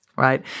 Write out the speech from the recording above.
right